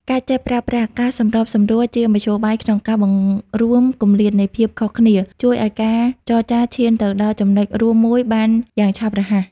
ការចេះប្រើប្រាស់ "ការសម្របសម្រួល" ជាមធ្យោបាយក្នុងការបង្រួមគម្លាតនៃភាពខុសគ្នា ជួយឱ្យការចរចាឈានទៅដល់ចំណុចរួមមួយបានយ៉ាងឆាប់រហ័ស។